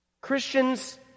Christians